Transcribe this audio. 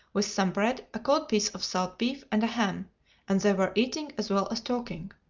with some bread, a cold piece of salt beef, and a ham and they were eating as well as talking.